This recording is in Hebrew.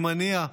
עם הנייה.